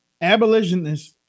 Abolitionists